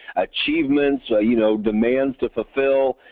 achievements, ah you know demands to fulfil.